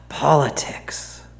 Politics